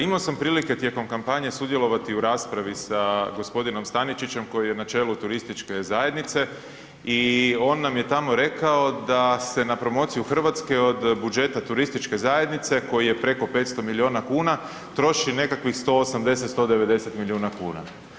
Imao sam prilike tijekom kampanje sudjelovati u raspravi sa g. Staničićem koji je na čelu turističke zajednice i on nam je tamo rekao da se na promociju Hrvatske od budžeta turističke zajednice koji je preko 500 milijuna kuna, troši nekakvih 180, 190 milijuna kuna.